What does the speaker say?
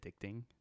addicting